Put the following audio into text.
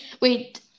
wait